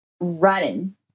running